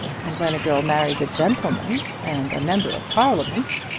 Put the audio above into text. and when a girl marries a gentleman, and a member of parliament,